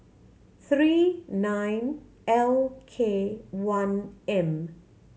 three nine L K one M